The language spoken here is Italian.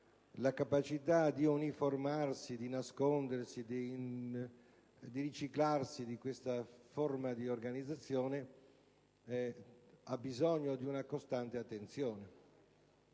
la capacità di uniformarsi, di nascondersi e riciclarsi di questa forma di organizzazione ha bisogno di una costante attenzione.